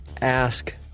ask